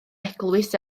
eglwys